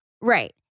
right